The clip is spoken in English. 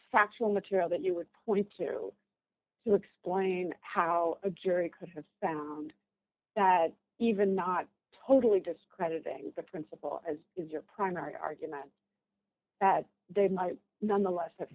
factual material that you would point to to explain how a jury could have found that even not totally discrediting the principle as is your primary argument that they might nonetheless have